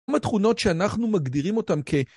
התכונות שאנחנו מגדירים אותן כ